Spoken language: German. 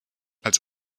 als